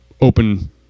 open